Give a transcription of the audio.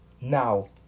now